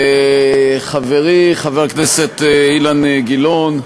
חברי חבר הכנסת אילן גילאון,